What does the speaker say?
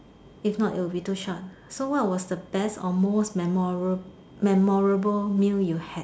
if not it will be too short so what was the best or most memorial memorable meal you had